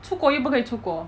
出国又不可以出国